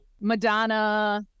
Madonna